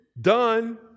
done